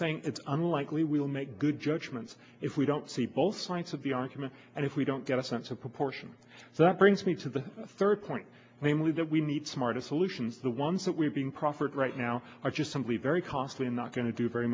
saying it's unlikely we'll make good judgments if we don't see both sides of the argument and if we don't get a sense of proportion so that brings me to the third point namely that we need smartest solutions the ones that we've been proffered right now are just simply very costly and not going to do very